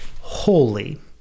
holy